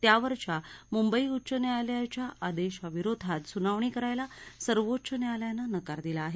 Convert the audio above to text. त्यावरच्या मुंबई उच्च न्यायालयाच्या आदेशाविरोधात सुनावणी करायला सर्वोच्च न्यायालयानं नकार दिला आहे